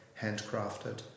handcrafted